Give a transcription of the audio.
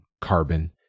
carbon